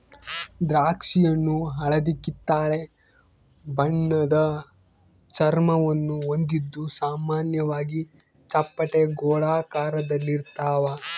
ದ್ರಾಕ್ಷಿಹಣ್ಣು ಹಳದಿಕಿತ್ತಳೆ ಬಣ್ಣದ ಚರ್ಮವನ್ನು ಹೊಂದಿದ್ದು ಸಾಮಾನ್ಯವಾಗಿ ಚಪ್ಪಟೆ ಗೋಳಾಕಾರದಲ್ಲಿರ್ತಾವ